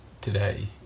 today